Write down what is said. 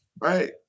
right